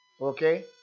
Okay